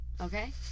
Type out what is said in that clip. Okay